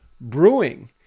brewing